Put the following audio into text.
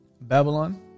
Babylon